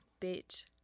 bitch